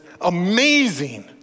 amazing